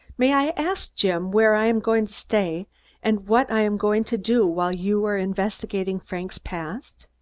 may i ask, jim, where i am going to stay and what i am going to do while you are investigating frank's past?